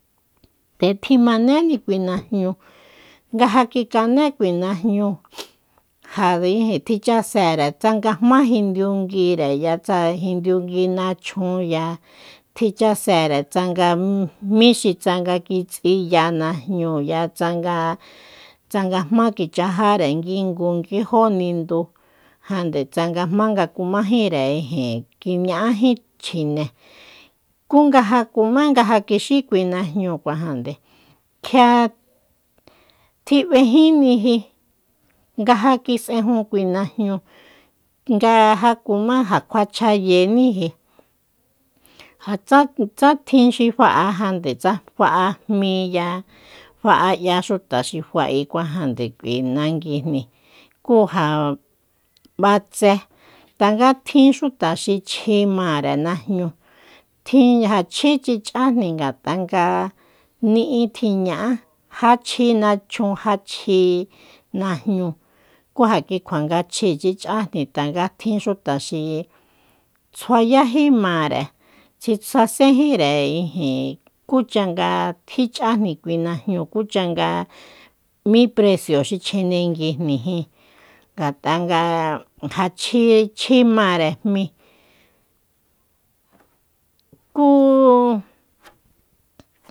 Nde tjimanéni kui najñúu nga ja kikané kui najñúu ja ijin tjichasere tsanga jmá jindiunguire tsanga jindiungui nachjun ya tjichasere tsanga mí xi tsanga kitsiya najñúu ya tsanga- tsanga jmá kichjáre kingu ngui jó nindu ja ndetsanga jmá kumájire ijin kiña'áji chjine kú nga ja kuma nga ja kixí kui najñúkuajande kjia tjib'ejíniji nga ja kis'ejun kui najñúu nga ja kumá ja kuchjayeniji ja tsa tjin xi fa'ajande tsa fa'a jmí ya fa'a 'ya xuta xi fa'ekuajande nde k'ui nanguijni kú ja b'atse tanga tjin xuta xi chji mare najñúu tjin ja chjíchi ch'ajni ngata'a nga ni'i tjiña'á ja chji nachjun ja chi najñúu kuja kuikjua nga chjiíchi ch'ajni tanga tjin xuta xi tsjuayájímare xi sasénjíre ijin kucha nga tjich'ajni kui najñúu kucha nga mí precio xi chjinenguijni jin ngat'a'a nga ja chjí-chjí mare jmí kuu